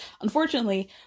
unfortunately